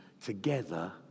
together